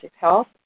health